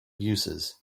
uses